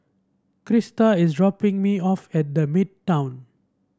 Crista is dropping me off at The Midtown